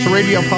Radio